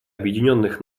объединенных